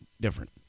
different